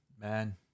Man